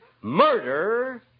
Murder